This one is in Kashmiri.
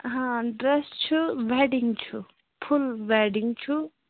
ہاں ڈرٛٮ۪س چھُ وٮ۪ڈِنٛگ چھُ فُل وٮ۪ڈِنٛگ چھُ